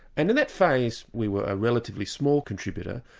and in that phase we were a relatively small contributor,